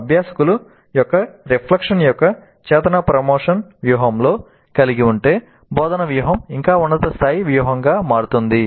అభ్యాసకుల యొక్క రిఫ్లెక్షన్ యొక్క చేతన ప్రమోషన్ వ్యూహంలో కలిగి ఉంటే బోధనా వ్యూహం ఇంకా ఉన్నత స్థాయి వ్యూహంగా మారుతుంది